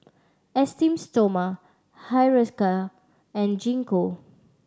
Esteem Stoma Hiruscar and Gingko